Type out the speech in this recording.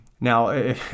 Now